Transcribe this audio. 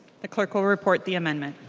the clerk will report the amendment.